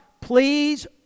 please